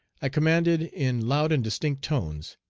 i commanded in loud and distinct tone,